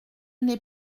n’ai